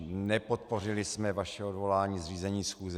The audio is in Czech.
Nepodpořili jsme vaše odvolání z řízení schůze.